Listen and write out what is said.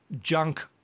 junk